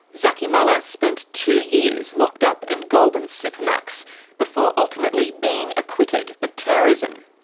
zaky mallah spent two years locked up in goulburn supermax before ultimately being acquitted of terrorism.